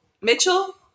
Mitchell